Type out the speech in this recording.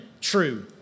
true